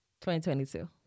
2022